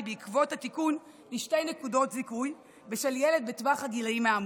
בעקבות התיקון לשתי נקודות זיכוי בשל ילד בטווח הגילים האמור,